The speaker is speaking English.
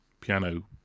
piano